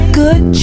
good